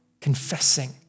confessing